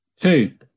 Two